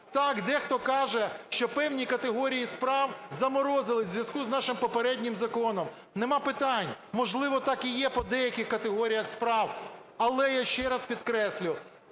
Так, дехто каже, що певні категорії справ "заморозили" у зв'язку з нашим попереднім законом. Нема питань, можливо, так і є по деяких категоріях справ. Але я ще раз підкреслю,